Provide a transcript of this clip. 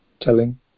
telling